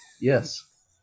yes